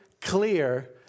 clear